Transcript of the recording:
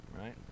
right